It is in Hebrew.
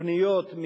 פניות,